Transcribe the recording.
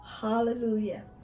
Hallelujah